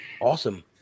awesome